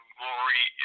Glory